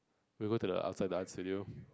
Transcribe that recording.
we go to the outside the art studio